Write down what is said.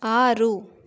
ಆರು